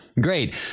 Great